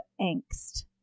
angst